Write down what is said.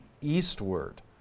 eastward